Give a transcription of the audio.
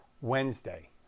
Wednesday